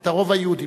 את הרוב היהודי,